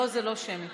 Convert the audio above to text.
לא, זה לא שמי.